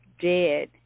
dead